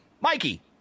Mikey